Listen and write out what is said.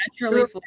Naturally